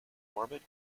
mormon